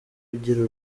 ugira